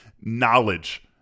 knowledge